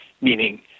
meaning